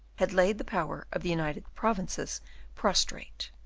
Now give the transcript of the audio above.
had laid the power of the united provinces prostrate.